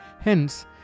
Hence